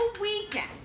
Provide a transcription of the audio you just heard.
weekend